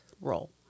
role